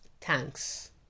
Thanks